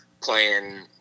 playing